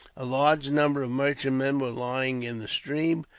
a large number of merchantmen were lying in the stream,